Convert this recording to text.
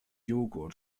jogurt